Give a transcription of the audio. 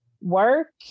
work